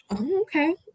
okay